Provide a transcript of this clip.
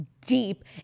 deep